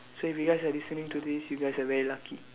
so if you guys are listening to this you guys are very lucky